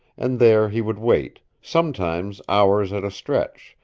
and there he would wait, sometimes hours at a stretch,